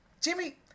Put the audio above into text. Jimmy